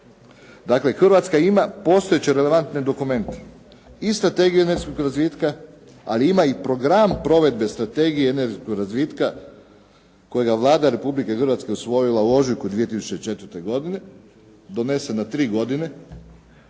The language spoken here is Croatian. Dakle, Hrvatska ima postojeće relevantne dokumente, i Strategiju energetskog razvitka, ali ima i Program provedbe Strategije energetskog razvitka kojega je Vlada Republike Hrvatske usvojila u ožujku 2004. godine, donesen na tri godine